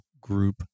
Group